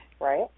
Right